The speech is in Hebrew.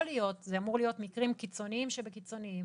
אלה אמורים להיות מקרים קיצוניים שבקיצוניים